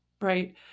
Right